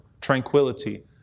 tranquility